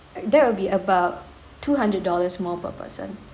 that will be about two hundred dollars more per person